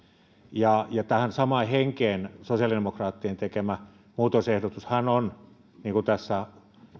ja ja tähän samaan henkeen sosiaalidemokraattien tekemä muutosehdotushan on niin kuin tässä